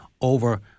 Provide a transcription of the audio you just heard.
over